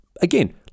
again